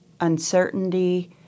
uncertainty